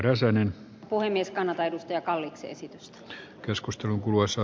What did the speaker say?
arvoisa puhemies kannata edustaja kalliksen esitystä keskustelun kuluessa